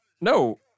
No